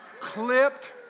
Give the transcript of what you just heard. Clipped